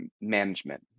management